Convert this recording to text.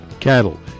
cattle